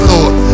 Lord